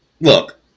Look